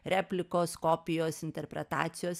replikos kopijos interpretacijos